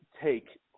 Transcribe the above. take